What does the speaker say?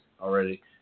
already